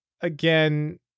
Again